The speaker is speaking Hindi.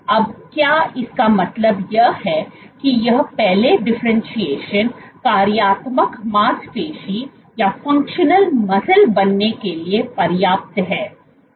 अब क्या इसका मतलब यह है कि यह पहले डिफरेंटशिएशन कार्यात्मक मांसपेशी बनने के लिए पर्याप्त है